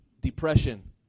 depression